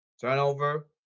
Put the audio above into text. Turnover